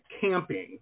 camping